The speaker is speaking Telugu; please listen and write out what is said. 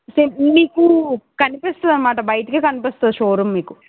సేమ్ మీకు కనిపిస్తుందన్నమాట బైటకే కనిపిస్తుంది షోరూం మీకు